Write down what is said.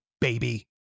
baby